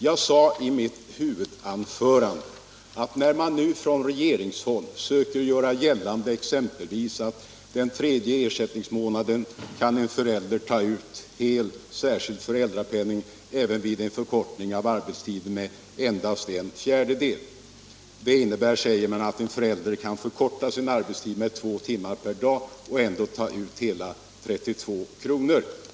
Jag sade i mitt huvudanförande att man från regeringshåll pekar på att den tredje ersättningsmånaden kan en förälder ta ut hel särskild föräldrapenning även vid en förkortning av arbetstiden med endast en fjärdedel. Det innebär, säger man, att en förälder kan förkorta sin arbetstid med två timmar per dag och ändå ta ut hela 32 kr.